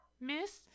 Miss